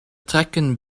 trekken